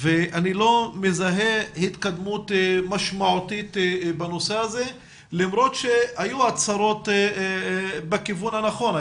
ואני לא מזהה התקדמות משמעותית בנושא למרות שהיו הצהרות בכיוון הנכון.